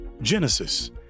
Genesis